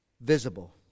visible